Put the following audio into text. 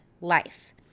life